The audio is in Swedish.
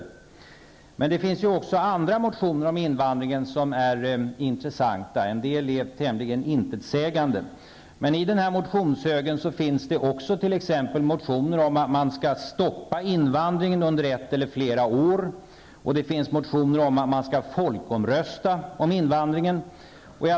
Det finns även andra motioner om invandringen som är intressanta. En del är tämligen intetsägande. I motionshögen finns det t.ex. motioner om att man skall stoppa invandringen under ett eller flera år, och det finns motioner om att man skall folkomrösta om invandringen.